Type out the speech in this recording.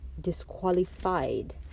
disqualified